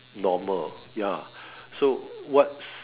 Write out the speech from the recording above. normal ya so what's